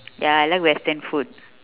ya I like western food